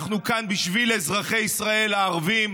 אנחנו כאן בשביל אזרחי ישראל הערבים.